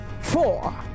Four